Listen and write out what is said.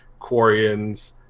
Quarians